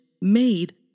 made